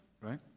right